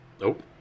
Nope